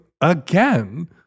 again